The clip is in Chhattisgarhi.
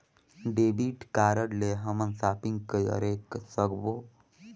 डेबिट कारड ले हमन शॉपिंग करे सकबो?